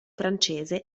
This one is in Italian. francese